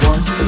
One